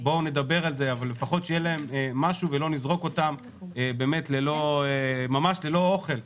בואו נדבר על זה אבל לפחות שיהיה להם משהו ולא נזרוק אותם ממש ללא אוכל,